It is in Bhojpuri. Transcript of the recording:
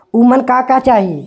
उमन का का चाही?